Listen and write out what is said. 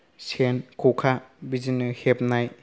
सेन ख'खा बिदिनो हेबनाय